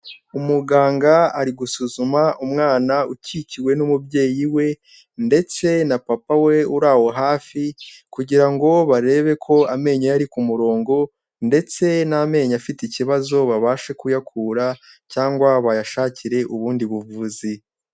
Umuganga ari gusuzuma umwana ukikiwe n'umubyeyi we ndetse na papa we uri aho hafi kugira ngo barebe ko amenyo ye ari ku murongo ndetse n'amenyo afite ikibazo babashe kuyakura cyangwa bayashakire ubundi buvuzi.